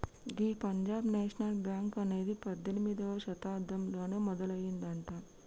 గీ పంజాబ్ నేషనల్ బ్యాంక్ అనేది పద్దెనిమిదవ శతాబ్దంలోనే మొదలయ్యిందట